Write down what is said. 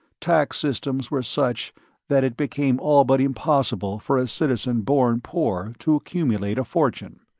tax systems were such that it became all but impossible for a citizen born poor to accumulate a fortune.